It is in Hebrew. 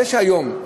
זה שהיום,